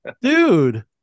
dude